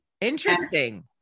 Interesting